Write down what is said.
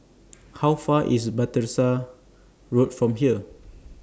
How Far IS Battersea Road from here